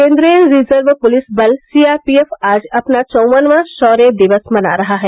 केन्द्रीय reserve police बल CRPF आज अपना चौवनवां शौर्य दिवस मना रहा है